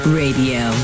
radio